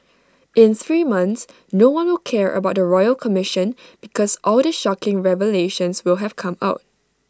in three months no one will care about the royal commission because all the shocking revelations will have come out